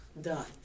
done